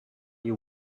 you